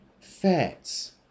Fats